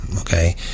okay